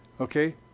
Okay